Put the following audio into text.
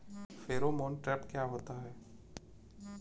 Pheromone trap क्या होता है?